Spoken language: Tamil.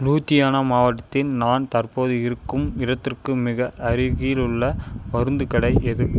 லூதியானா மாவட்டத்தில் நான் தற்போது இருக்கும் இடத்திற்கு மிக அருகிலுள்ள மருந்துக் கடை எது